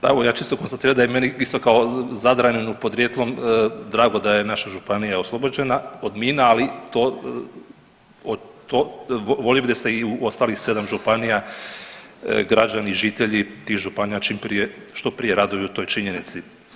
Pa evo ja ću isto konstatirat da je meni isto kao Zadraninu podrijetlom drago da je naša županija oslobođena od mina, ali volio bih da se i u ostalih sedam županija građani, žitelji tih županija čim prije što prije raduju toj činjenici.